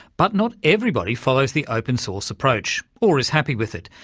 but not everybody follows the open source approach, or is happy with it.